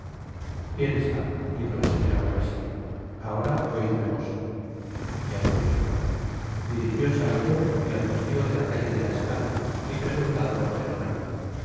bien está dijo la señora bonacieux ahora oidme vos content from google book search generated at ya escucho dirigios al louvre y al postigo de la calle de la escala y preguntad por german